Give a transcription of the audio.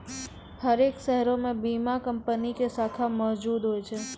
हरेक शहरो मे बीमा कंपनी के शाखा मौजुद होय छै